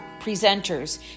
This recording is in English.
presenters